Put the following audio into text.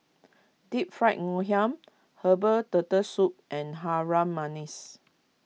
Deep Fried Ngoh Hiang Herbal Turtle Soup and Harum Manis